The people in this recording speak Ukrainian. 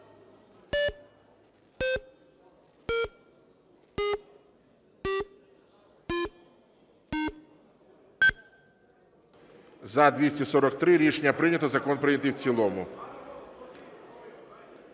За-288 Рішення прийнято. Закон прийнятий в цілому.